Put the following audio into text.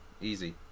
easy